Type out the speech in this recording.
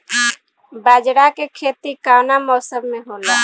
बाजरा के खेती कवना मौसम मे होला?